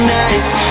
nights